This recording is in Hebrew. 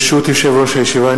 ברשות יושב-ראש הישיבה,